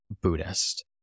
Buddhist